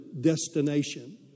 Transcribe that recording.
destination